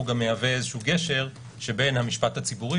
הוא גם מהווה איזשהו גשר שבין המשפט הציבורי